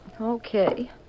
okay